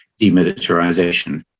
demilitarization